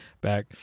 back